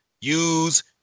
use